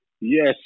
Yes